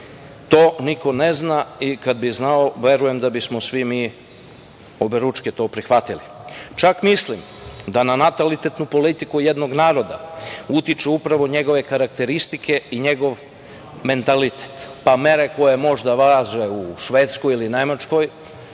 To niko ne zna i kad bih znao, verujem da bismo svi mi oberučke to prihvatili. Čak mislim da na natalitetnu politiku jednog naroda utiču upravo njegove karakteristike i njegov mentalitet, pa mere koje možda važe u Švedskoj ili Nemačkoj